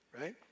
right